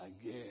again